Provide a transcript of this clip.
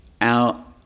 out